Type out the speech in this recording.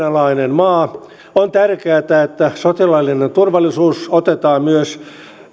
maa on tärkeätä että sotilaallinen turvallisuus otetaan myös